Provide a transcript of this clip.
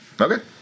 Okay